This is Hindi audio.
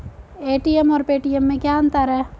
ए.टी.एम और पेटीएम में क्या अंतर है?